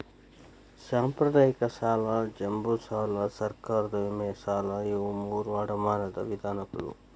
ಸಾಂಪ್ರದಾಯಿಕ ಸಾಲ ಜಂಬೂ ಸಾಲಾ ಸರ್ಕಾರದ ವಿಮೆ ಸಾಲಾ ಇವು ಮೂರೂ ಅಡಮಾನದ ವಿಧಗಳು